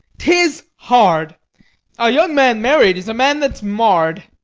tis hard a young man married is a man that's marr'd.